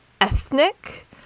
ethnic